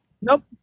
Nope